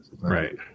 right